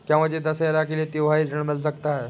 क्या मुझे दशहरा के लिए त्योहारी ऋण मिल सकता है?